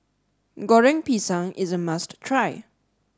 Goreng Pisang is a must try